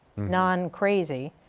non-crazy,